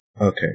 Okay